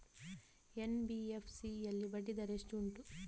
NBFC ಯಲ್ಲಿ ಬಡ್ಡಿ ದರ ಎಷ್ಟು ಉಂಟು?